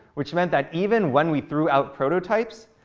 which meant that even when we threw out prototypes,